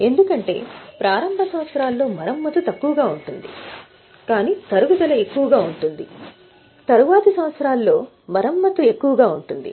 ఎందుకంటే ప్రారంభ సంవత్సరాల్లో మరమ్మత్తు తక్కువగా ఉంటుంది కానీ తరుగుదల ఎక్కువగా ఉంటుంది తరువాతి సంవత్సరాల్లో మరమ్మత్తు ఎక్కువగా ఉంటుంది